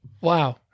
Wow